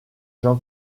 jean